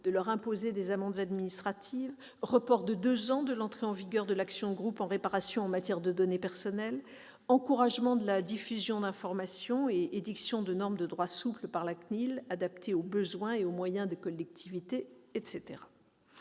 de leur imposer des amendes administratives, report de deux ans de l'entrée en vigueur de l'action de groupe en réparation en matière de données personnelles, encouragement de la diffusion d'informations et édiction de normes de droit souple par la CNIL adaptées aux besoins et aux moyens des collectivités ...